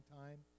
time